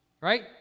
Right